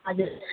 हजुर